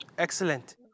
Excellent